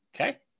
Okay